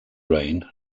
reign